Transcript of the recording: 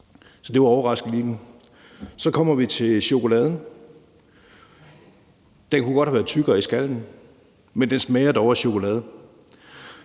Så det var overraskelsen lige nu. Så kommer vi til chokoladen. Den kunne godt have været tykkere i skallen, men den smager dog af chokolade.